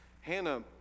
Hannah